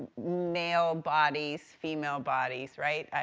male bodies, female bodies, right,